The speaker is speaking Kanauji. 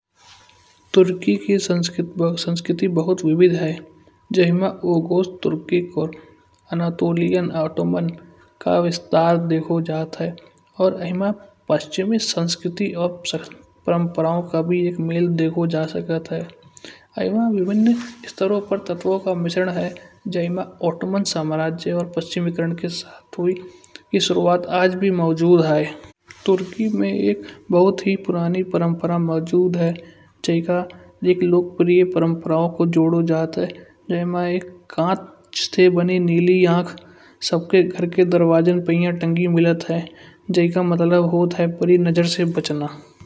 टर्की के संस्कृत व संस्कृति बहुत विविध है। जहाँ ओकोश टर्की को अनातोलियान ओटोमन का विस्तार देखो जाता है। और अहिमा पश्चिमे संस्क्रति और परंपराओं का भी एक मेल देखो जा सकता है। अहिमा विभिन्न स्तरो पर तत्वों का मिश्रण है। जहाँ ओटोमन साम्राज्य और पश्चिमीकरण के साथ हुई की शुरूआत आज भी मौजूद है। टर्की में एक बहुत ही पुरानी परंपरा मौजूद है। जे का एक लोकप्रिय परंपरा को जोड़ो जाता है। जे मा एक कांच से बनी नीली आंख। सबके घर के दरवाजे पर तंगी मिलत है। जे का मतलब होता है बुरी नजर से बचना।